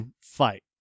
fight